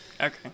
okay